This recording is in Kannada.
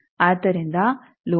ಆದ್ದರಿಂದ ಲೋಡ್ 15